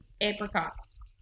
Apricots